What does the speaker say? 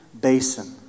basin